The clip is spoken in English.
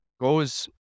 goes